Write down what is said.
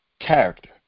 character